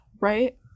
right